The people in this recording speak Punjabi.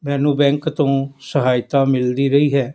ਮੈਨੂੰ ਬੈਂਕ ਤੋਂ ਸਹਾਇਤਾ ਮਿਲਦੀ ਰਹੀ ਹੈ